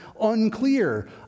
unclear